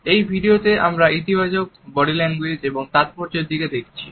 এই ভিডিওটিতে আমরা ইতিবাচক বডিল্যাঙ্গুয়েজ এর তাৎপর্য এর দিকে দেখছি